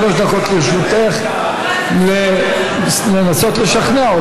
שלוש דקות לרשותך לנסות לשכנע.